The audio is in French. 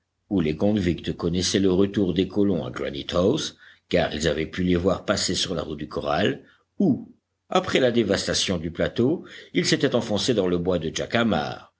ou les convicts connaissaient le retour des colons à granite house car ils avaient pu les voir passer sur la route du corral ou après la dévastation du plateau ils s'étaient enfoncés dans le bois de jacamar